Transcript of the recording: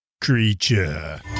creature